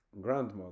grandmother